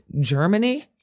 Germany